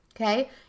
Okay